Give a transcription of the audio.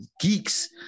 geeks